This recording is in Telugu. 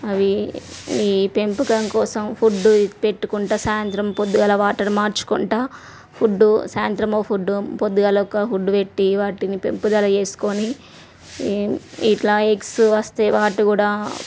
అవి ఈ పెంపకం కోసం ఫుడ్ పెట్టుకుంటూ సాయంత్రం పొద్దుగాల వాటర్ మార్చుకుంటూ ఫుడ్ సాయంత్రము ఫుడ్ పొద్దుగాల ఒక ఫుడ్డు పెట్టి వాటిని పెంపుదల చేసుకొని ఇట్లా ఎగ్స్ వస్తే వాటిని కూడా